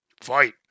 fight